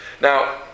Now